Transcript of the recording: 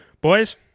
Boys